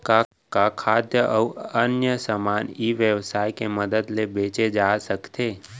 का खाद्य अऊ अन्य समान ई व्यवसाय के मदद ले बेचे जाथे सकथे?